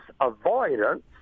avoidance